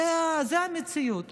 זו המציאות.